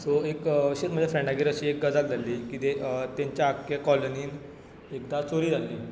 so एक अशेंच म्हज्या फ्रेंडागेर एक गजाल जाल्ली की तांच्या आख्या कॉलनीन एकदां चोरी जाल्ली